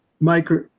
micro